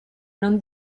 non